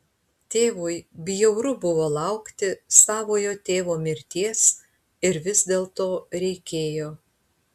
tėvui bjauru buvo laukti savojo tėvo mirties ir vis dėlto reikėjo